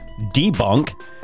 debunk